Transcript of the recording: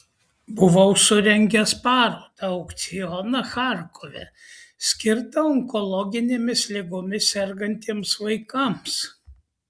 buvau surengęs parodą aukcioną charkove skirtą onkologinėmis ligomis sergantiems vaikams